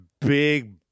big